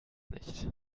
nicht